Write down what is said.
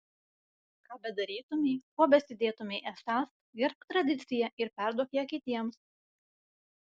ką bedarytumei kuo besidėtumei esąs gerbk tradiciją ir perduok ją kitiems